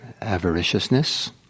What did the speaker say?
avariciousness